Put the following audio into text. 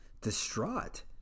distraught